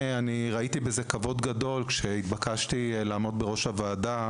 כבוד גדול היה לי כשהתבקשתי לעמוד בראש הוועדה